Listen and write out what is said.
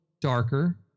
darker